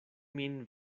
min